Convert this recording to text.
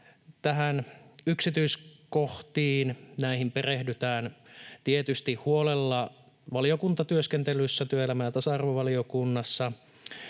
Näihin yksityiskohtiin perehdytään tietysti huolella valiokuntatyöskentelyssä työelämä- ja tasa-arvovaliokunnassa